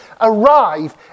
arrive